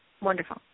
Wonderful